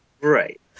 Right